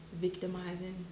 victimizing